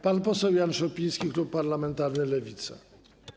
Pan poseł Jan Szopiński, klub parlamentarny Lewica.